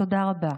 תודה רבה.